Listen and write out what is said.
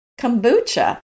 Kombucha